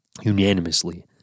unanimously